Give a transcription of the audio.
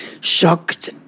shocked